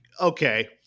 Okay